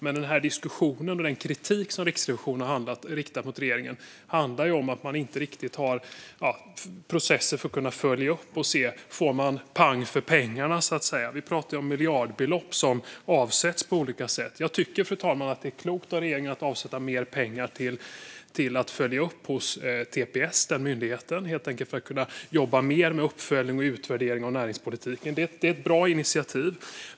Men den här diskussionen och den kritik som Riksrevisionen har riktat mot regeringen handlar om att regeringen inte riktigt har processer för att följa upp och se om man så att säga får pang för pengarna. Vi pratar ju om miljardbelopp som avsätts på olika sätt. Jag tycker, fru talman, att det är klokt av regeringen att avsätta mer pengar till Tillväxtanalys för att den myndigheten ska kunna jobba mer med uppföljning och utvärdering av näringspolitiken. Det är ett bra initiativ.